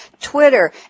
Twitter